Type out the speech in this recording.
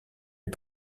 est